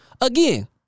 again